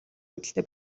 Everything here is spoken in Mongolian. үүдэлтэй